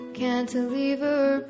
cantilever